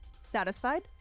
satisfied